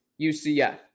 UCF